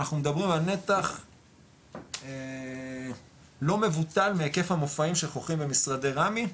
אנחנו מדברים על נתח לא מבוטל מהיקף המופעים של חוכרים במשרדי רמ"י,